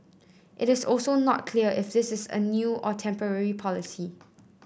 it is also not clear if this is a new or temporary policy